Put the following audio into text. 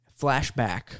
flashback